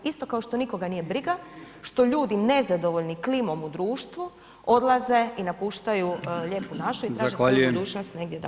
Isto kao što nikoga nije briga što ljudi nezadovoljni klimom u društvu odlaze i napuštaju Lijepu našu i traže svoju budućnost negdje daleko.